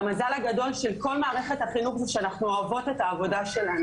והמזל הגדול של כל מערכת החינוך הוא שאנחנו אוהבות את העבודה שלנו.